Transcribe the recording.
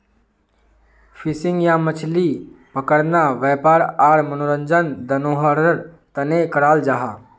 fishing या मछली पकड़ना वयापार आर मनोरंजन दनोहरार तने कराल जाहा